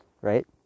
right